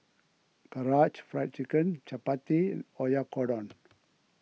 Karaage Fried Chicken Chapati Oyakodon